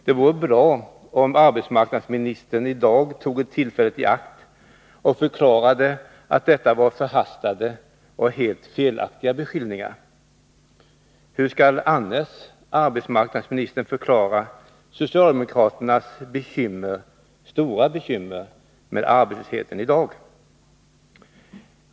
Det vore bra om arbetsmarknadsministern i dag tog tillfället i akt och förklarade att detta var förhastade och helt felaktiga beskyllningar. Hur skall annars arbetsministern förklara socialdemokraternas stora bekymmer för arbetslösheten i dag?